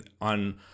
on